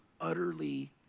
utterly